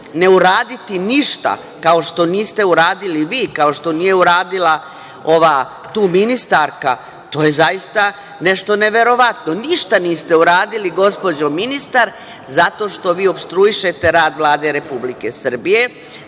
ne uraditi ništa, kao što niste uradili vi, kao što nije uradila ova ministarka, to je zaista nešto neverovatno. Ništa niste uradili gospođo ministar zato što opstruišete rad Vlade Republike Srbije,